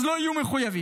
אז לא יהיו מחויבים.